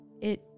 It